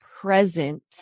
present